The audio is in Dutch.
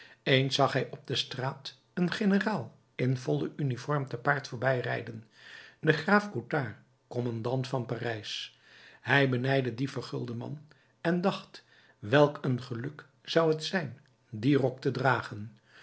eens zag hij op de straat een generaal in volle uniform te paard voorbij rijden den graaf coutard kommandant van parijs hij benijdde dien vergulden man en dacht welk een geluk zou t zijn dien rok te dragen